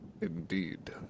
Indeed